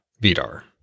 Vidar